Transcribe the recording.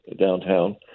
downtown